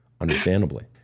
Understandably